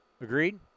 Agreed